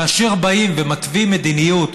כאשר באים ומתווים מדיניות,